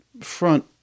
front